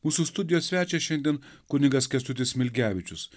mūsų studijos svečias šiandien kunigas kęstutis smilgevičius